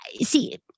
see